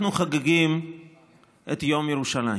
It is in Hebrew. אנחנו חוגגים את יום ירושלים